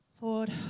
Lord